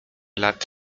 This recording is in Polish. lat